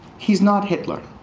he's not hitler.